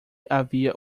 havia